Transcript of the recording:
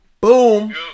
boom